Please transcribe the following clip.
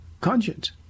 conscience